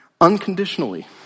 unconditionally